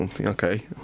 okay